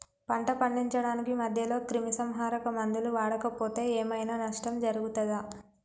పంట పండించడానికి మధ్యలో క్రిమిసంహరక మందులు వాడకపోతే ఏం ఐనా నష్టం జరుగుతదా?